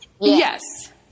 Yes